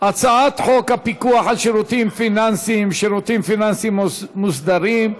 הצעת חוק הפיקוח על שירותים פיננסיים (שירותים פיננסיים מוסדרים)